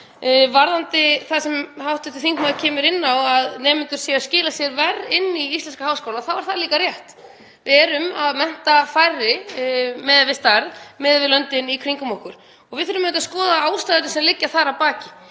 Varðandi það sem hv. þingmaður kemur inn á, að nemendur séu að skila sér verr inn í íslenska háskóla, þá er það líka rétt. Við erum að mennta færri miðað við stærð miðað við löndin í kringum okkur og við þurfum að skoða ástæður sem liggja þar að baki.